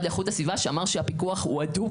לאיכות הסביבה שאמר שהפיקוח הוא הדוק.